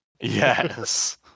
Yes